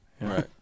Right